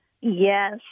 Yes